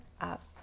up